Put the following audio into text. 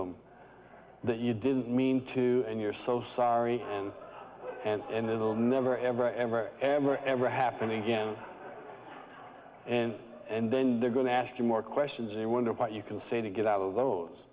them that you didn't mean to and you're so sorry and it will never ever ever ever ever happen again and and then they're going to ask you more questions and i wonder what you can say to get out of those